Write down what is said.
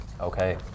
Okay